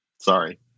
sorry